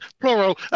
plural